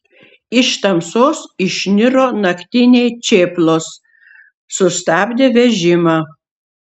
iš tamsos išniro naktiniai čėplos sustabdė vežimą